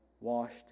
washed